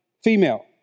female